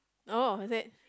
oh I said